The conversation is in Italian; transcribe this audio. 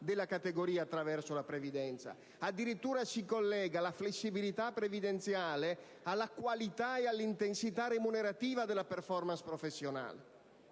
della categoria attraverso la previdenza. Addirittura si collega la flessibilità previdenziale alla qualità e all'intensità remunerativa della *performance* professionale.